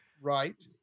Right